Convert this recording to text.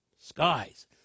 skies